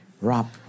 Rob